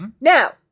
Now